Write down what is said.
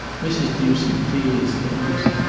mrs. newsome feels things.